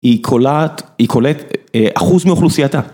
היא כולאת אחוז מאוכלוסייתה.